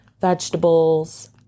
vegetables